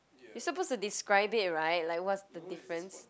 you suppose to describe it right like what's the difference